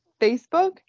Facebook